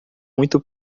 muito